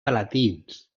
palatins